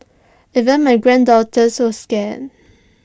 even my granddaughters were scared